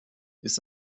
ist